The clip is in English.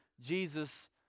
Jesus